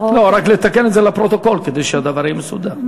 רק לתקן את זה לפרוטוקול, כדי שהדבר יהיה מסודר.